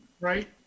right